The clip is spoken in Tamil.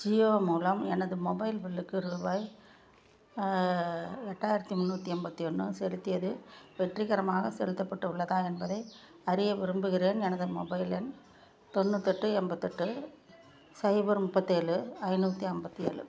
ஜியோ மூலம் எனது மொபைல் பில்லுக்கு ரூபாய் எட்டாயிரத்தி முன்னூற்றி எண்பத்தி ஒன்று செலுத்தியது வெற்றிகரமாகச் செலுத்தப்பட்டு உள்ளதா என்பதை அறிய விரும்புகிறேன் எனது மொபைல் எண் தொண்ணூற்றெட்டு எண்பத்தெட்டு சைபர் முப்பத்தேழு ஐந்நூற்றி ஐம்பத்தி ஏழு